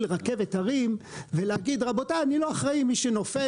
רכבת הרים ולהגיד שהוא לא אחראי ומי שנופל,